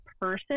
person